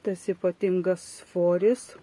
tas ypatingas svoris